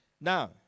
Now